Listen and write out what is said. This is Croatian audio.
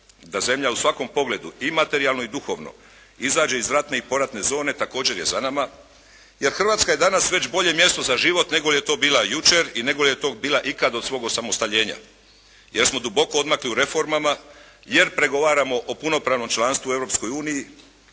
da zemlja u svakom pogledu i materijalno i duhovno izađe iz ratne i poratne zone također je za nama jer Hrvatska je već danas bolje mjesto za život nego li je to bila jučer i nego li je to bila ikad od svog osamostaljenja, jer smo duboko odmakli u reformama, jer pregovaramo o punopravnom članstvu u